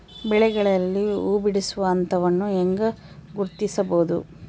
ಬೆಳೆಗಳಲ್ಲಿ ಹೂಬಿಡುವ ಹಂತವನ್ನು ಹೆಂಗ ಗುರ್ತಿಸಬೊದು?